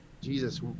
Jesus